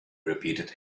repeated